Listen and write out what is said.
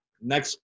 next